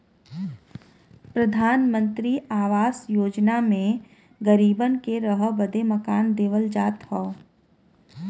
प्रधानमंत्री आवास योजना मे गरीबन के रहे बदे मकान देवल जात हौ